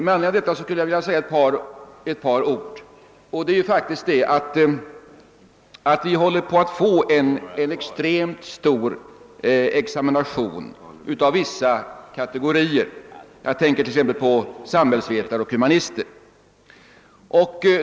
Faktum är emellertid att vi håller på att få en extremt stor examination av vissa kategorier, t.ex. samhällsvetare och humanister.